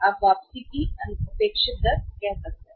आप वापसी की अपेक्षित दर कह सकते हैं